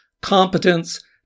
competence